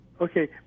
Okay